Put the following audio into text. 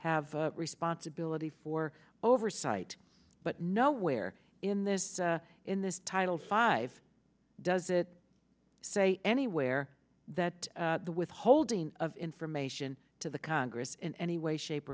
have responsibility for oversight but nowhere in this in this title five does it say anywhere that the withholding of information to the congress in any way shape